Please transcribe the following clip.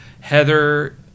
Heather